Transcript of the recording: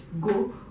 go